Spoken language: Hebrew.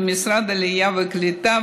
על משרד העלייה והקליטה,